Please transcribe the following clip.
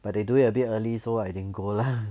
but they do it a bit early so I didn't go lah